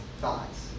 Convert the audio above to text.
thoughts